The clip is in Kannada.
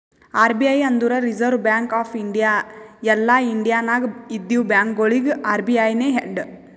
ಆರ್.ಬಿ.ಐ ಅಂದುರ್ ರಿಸರ್ವ್ ಬ್ಯಾಂಕ್ ಆಫ್ ಇಂಡಿಯಾ ಎಲ್ಲಾ ಇಂಡಿಯಾ ನಾಗ್ ಇದ್ದಿವ ಬ್ಯಾಂಕ್ಗೊಳಿಗ ಅರ್.ಬಿ.ಐ ನೇ ಹೆಡ್